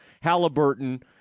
Halliburton